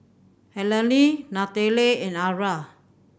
Allene Nataly and Arah